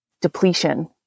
depletion